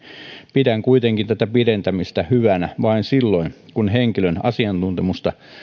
pidän kuitenkin tätä pidentämistä hyvänä vain silloin kun henkilön asiantuntemusta